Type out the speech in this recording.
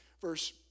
verse